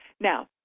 Now